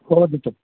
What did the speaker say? हो वदतु